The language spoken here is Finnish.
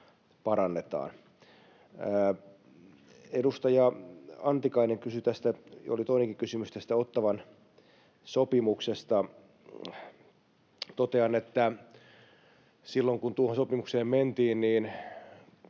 parannetaan. Edustaja Antikainen kysyi tästä — oli toinenkin kysymys tästä — Ottawan sopimuksesta. Totean, että silloin, kun tuohon sopimukseen mentiin,